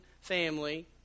family